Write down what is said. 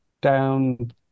down